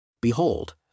Behold